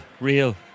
real